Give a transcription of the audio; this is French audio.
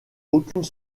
aucune